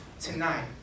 tonight